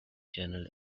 general